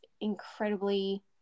incredibly